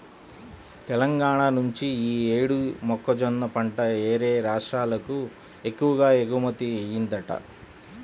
తెలంగాణా నుంచి యీ యేడు మొక్కజొన్న పంట యేరే రాష్ట్రాలకు ఎక్కువగా ఎగుమతయ్యిందంట